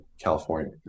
California